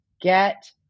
get